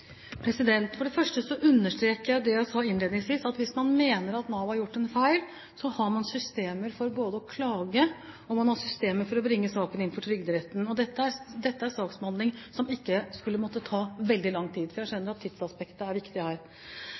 For det første understreker jeg det jeg sa innledningsvis, at hvis man mener at Nav har gjort en feil, har man systemer både for å klage og for å bringe saken inn for Trygderetten. Dette er saksbehandling som ikke skulle ta veldig lang tid, for jeg skjønner at tidsaspektet er viktig her.